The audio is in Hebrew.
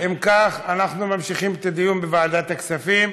אם כך, אנחנו ממשיכים את הדיון בוועדת הכספים.